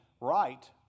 right